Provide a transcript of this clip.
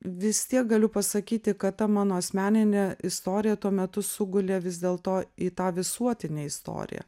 vis tiek galiu pasakyti kad ta mano asmeninė istorija tuo metu sugulė vis dėlto į tą visuotinę istoriją